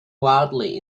wildly